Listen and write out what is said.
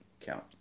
count